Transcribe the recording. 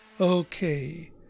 Okay